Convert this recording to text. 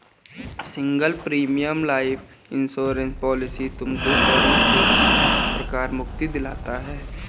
Single premium life insurance policy तुमको करों से किस प्रकार मुक्ति दिलाता है?